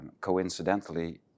Coincidentally